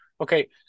Okay